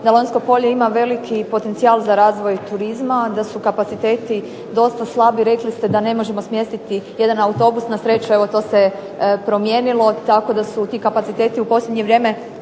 da Lonjsko polje ima veliki potencijal za razvoj turizma, da su kapaciteti dosta slabi. Rekli ste da ne možemo smjestiti jedan autobus. Na sreću evo to se promijenilo, tako da su ti kapaciteti u posljednje vrijeme